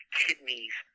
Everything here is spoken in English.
kidneys